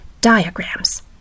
Diagrams